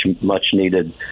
much-needed